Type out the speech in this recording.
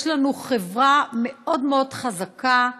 יש לנו חברה מאוד מאוד חזקה,